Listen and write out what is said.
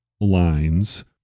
lines